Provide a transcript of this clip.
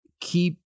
keep